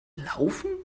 gelaufen